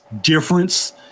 difference